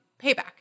payback